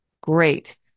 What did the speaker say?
great